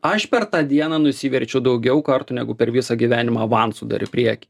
aš per tą dieną nusiverčiau daugiau kartų negu per visą gyvenimą avansu dar į priekį